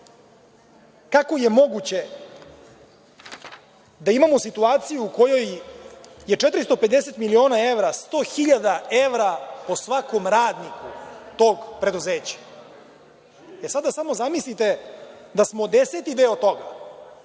ide? Kako je moguće da imamo situaciju u kojoj je 450 miliona evra, 100 hiljada evra po svakom radniku tog preduzeća? Sada samo zamislite da smo deseti deo toga